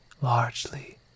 largely